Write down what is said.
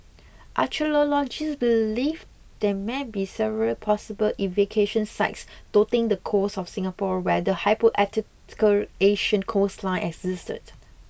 archaeologists believe there may be several possible excavation sites dotting the coast of Singapore where the hypothetical ancient coastline existed